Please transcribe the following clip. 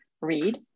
read